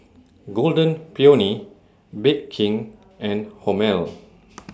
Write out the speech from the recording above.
Golden Peony Bake King and Hormel